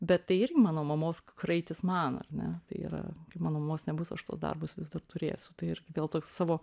bet tai irgi mano mamos kraitis man ar ne tai yra kai mano mamos nebus aš tuos darbus vis dar turėsiu tai ir vėl toks savo